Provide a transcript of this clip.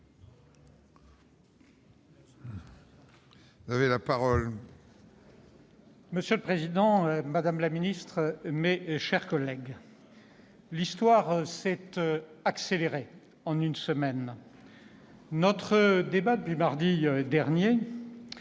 Monsieur le président, madame la ministre, mes chers collègues, l'histoire s'est accélérée en une semaine. Depuis mardi dernier,